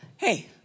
Hey